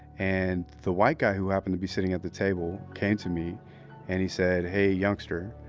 and the white guy who happened to be sitting at the table came to me and he said, hey, youngster,